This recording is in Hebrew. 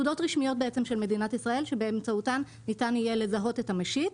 תעודות רשמיות בעצם של מדינת ישראל שבאמצעותן ניתן יהיה לזהות את המשיט.